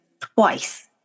twice